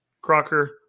Crocker